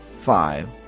five